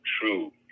true